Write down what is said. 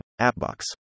appbox